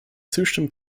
zustimmen